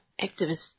activist